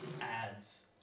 ads